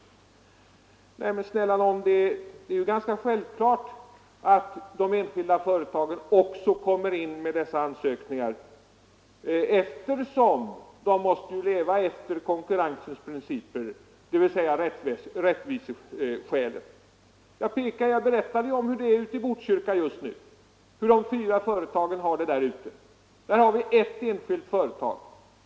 Men det är ju ganska självklart att de enskilda företagen också kommer in med dessa ansökningar, eftersom de måste leva efter gällande spelregler. Jag berättade om hur det är ute i Botkyrka just nu, hur de fyra företagen har det där ute. Där finns ett enskilt företag.